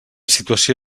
situació